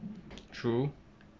true